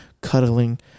cuddling